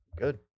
Good